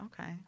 Okay